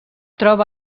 troba